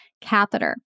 catheter